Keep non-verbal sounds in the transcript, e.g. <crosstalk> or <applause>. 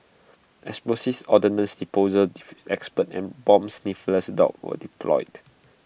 explosives ordnance disposal <unintelligible> experts and bomb sniffer dogs were deployed